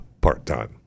part-time